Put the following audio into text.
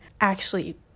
actually-